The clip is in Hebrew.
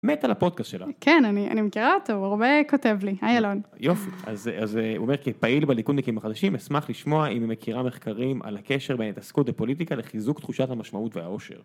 אני מת לפודקאסט שלה, כן אני מכירה אותו, הוא הרבה כותב לי, היי אלון, יופי, אז הוא אומר כפעיל בליכודניקים החדשים, אשמח לשמוע אם היא מכירה מחקרים על הקשר בין התעסקות בפוליטיקה לחיזוק תחושת המשמעות והעושר.